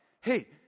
hey